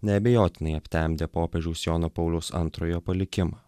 neabejotinai aptemdė popiežiaus jono pauliaus antrojo palikimą